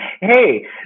Hey